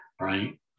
right